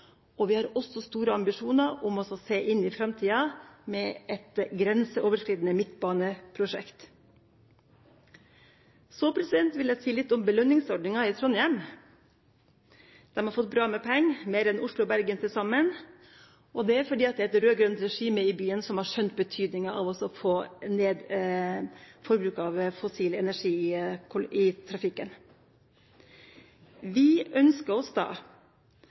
Vi har også store ambisjoner om å se inn i framtida med et grenseoverskridende midtbaneprosjekt. Så vil jeg si litt om belønningsordninga i Trondheim. De har fått bra med penger, mer enn Oslo og Bergen til sammen, og det er fordi det er et rød-grønt regime i byen som har skjønt betydninga av å få ned forbruket av fossil energi i trafikken. Vi ønsker oss